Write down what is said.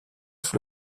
sous